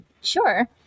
Sure